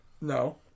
No